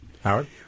Howard